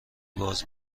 باز